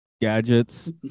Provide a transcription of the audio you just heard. Gadgets